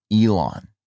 Elon